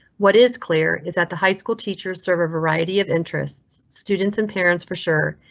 what is clear is that the high school teachers serve a variety of interests, students and parents for sure,